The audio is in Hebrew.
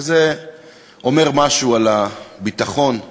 וזה אומר משהו על הביטחון,